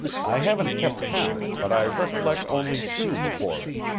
i haven't kept count, but i recollect only two before it.